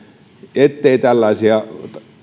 ettei tällaisia